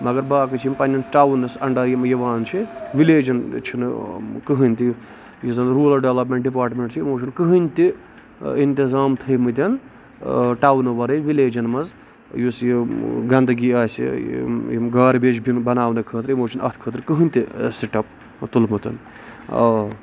مَگر باقٕے چھِ یِم پَنٕنین ٹاوُنَس اَنڈر یِم یِوان چھِ وِلیجن چھُنہٕ کٕہٕنۍ تہِ یُس زَن رُلر ڈیولَپمینٹ ڈِپارٹمینٹ چھ یِمو چھنہٕ کٕہٕنۍ تہِ اِنتِظام تھٲومٕتۍ ٹاوُنہٕ وَرٲے وِلیجن منٛز یُس یہِ گندگی آسہِ یِم گاربیج بِن بَناونہٕ خٲطرٕ یِمو چھُ نہٕ اَتھ خٲطرٕ کٔہینۍ تہِ سِٹیپ تُلمُتن آ